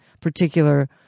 particular